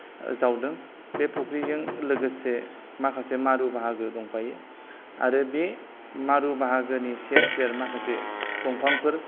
जावदों बे फुख्रिजों लोगोसे माखासे मारु बाहागो दंफायो आरो बे मारु बाहागोनि सेर सेर माखासे दंफांफोर